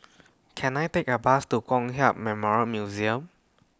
Can I Take A Bus to Kong Hiap Memorial Museum